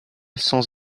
sans